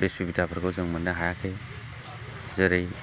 बे सुबिदाफोरखौ जों मोननो हायाखै जेरै